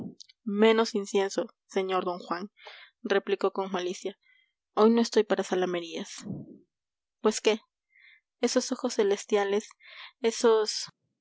menos incienso sr d juan replicó con malicia hoy no estoy para zalamerías pues qué esos ojos celestiales esos